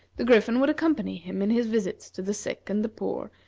the griffin would accompany him in his visits to the sick and the poor,